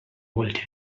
wollte